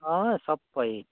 अँ सबै